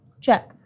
check